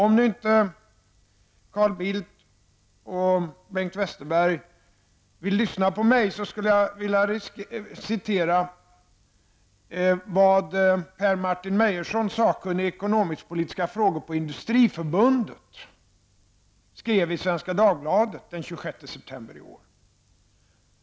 Om nu Carl Bildt och Bengt Westerberg inte vill lyssna på mig, kan jag citera vad Per-Martin Meyerson, sakkunnig i ekonomisk-politiska frågor på Industriförbundet, skrev i Svenska Dagbladet den 26 september i år.